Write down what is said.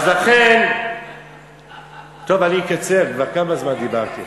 אז לכן, טוב, אני אקצר, כבר כמה זמן דיברתי?